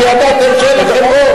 כשידעתם שאין לכם רוב.